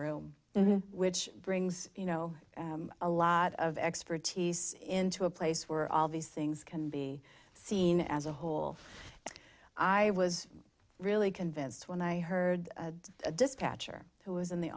room which brings you know a lot of expertise in to a place where all these things can be seen as a whole i was really convinced when i heard the dispatcher who was in the